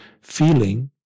feeling